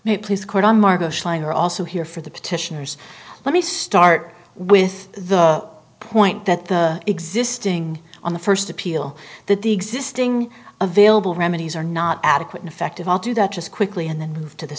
you please quote i'm margo schlanger also here for the petitioners let me start with the point that the existing on the first appeal that the existing available remedies are not adequate infective i'll do that just quickly and then move to the